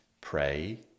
pray